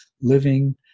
living